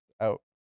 out